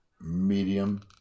medium